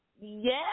Yes